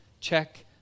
check